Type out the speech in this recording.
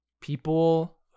people